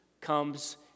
comes